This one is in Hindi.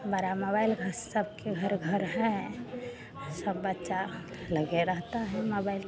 बड़ा मोबाइल अब सबके घर घर है सब बच्चे लगे रहते हैं मोबाइल में